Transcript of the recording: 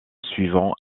suivant